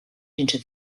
into